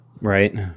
Right